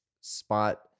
spot